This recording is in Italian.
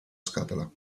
scatola